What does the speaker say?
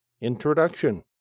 Introduction